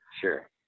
sure